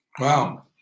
Wow